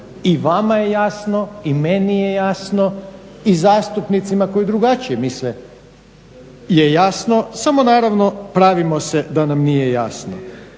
i vama je jasno i meni je jasno i zastupnicima koji drugačije misle je jasno, samo naravno pravimo se da nije jasno,